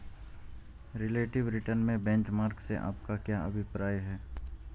Relative return में benchmark से आपका क्या अभिप्राय है?